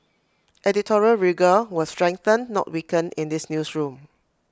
editorial rigour will strengthen not weaken in this newsroom